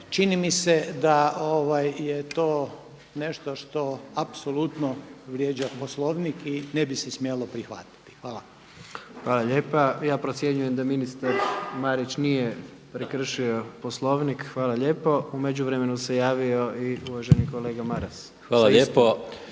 čini mi se da je to nešto što apsolutno vrijeđa Poslovnik i ne bi se smjelo prihvatiti. Hvala. **Jandroković, Gordan (HDZ)** Hvala lijepa. Ja procjenjujem da ministar Marić nije prekršio Poslovnik. Hvala lijepo. U međuvremenu se javio i uvaženi kolega Maras sa istim